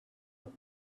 but